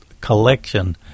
Collection